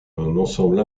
ensemble